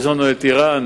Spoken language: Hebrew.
יש לנו את אירן